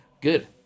Good